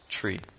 tree